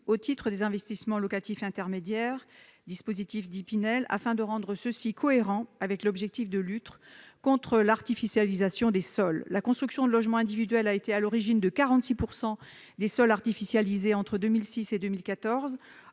au titre des investissements locatifs intermédiaires, afin de rendre ceux-ci cohérents avec l'objectif de lutte contre l'artificialisation des sols. La construction de logements individuels a été à l'origine de 46 % des sols artificialisés entre 2006 et 2014.